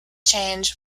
change